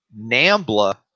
Nambla